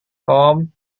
tom